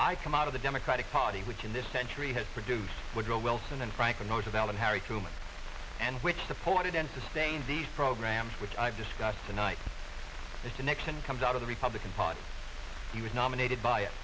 i came out of the democratic party which in this century has produced woodrow wilson and franklin roosevelt and harry truman and which supported and sustained these programs which i've discussed tonight that connection comes out of the republican party he was nominated by it